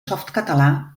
softcatalà